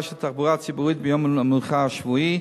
של תחבורה ציבורית ביום המנוחה השבועי.